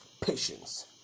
Patience